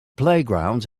playgrounds